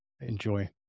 enjoy